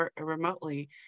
remotely